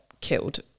killed